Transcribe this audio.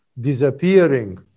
disappearing